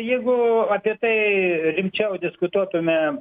jeigu apie tai rimčiau diskutuotumėm